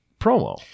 promo